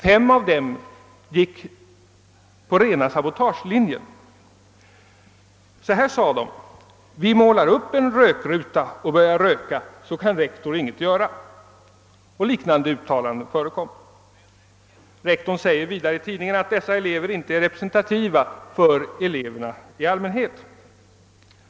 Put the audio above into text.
Fem av dem gick på rena sabotagelinjen och sade: »Vi målar upp en rökruta och börjar röka, så kan rektorn inget göra.« Andra liknande uttalanden förekom också. Rektorn säger vidare i tidningen att dessa elever inte är representativa för eleverna i allmänhet.